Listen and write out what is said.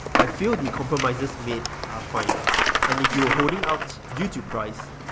i feel the compromises made are fine and if you were holding out due to price,